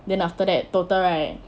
then after that total right